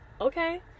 okay